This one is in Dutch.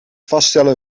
vaststellen